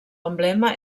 emblema